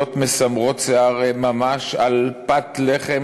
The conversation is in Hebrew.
עדויות מסמרות שיער ממש על פת לחם,